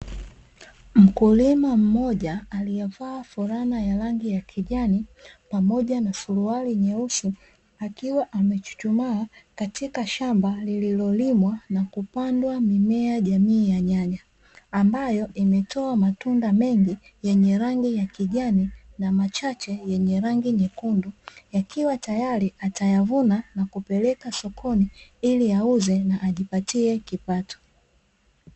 Mkulima mmoja aliyevaa fulana ya rangi ya kijani pamoja na suruali nyeusi akiwa amechuchumaa katika shamba lililolimwa na kupandwa mimea jamii ya nyanya ambayo imetoa matunda mengi yenye rangi ya kijani na machache yenye rangi nyekundu, yakiwa tayari atayavuna na kupeleka sokoni ili auze na ajipatie kipato.